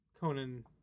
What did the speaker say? Conan